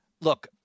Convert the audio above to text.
look